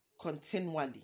continually